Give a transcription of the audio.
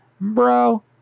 Bro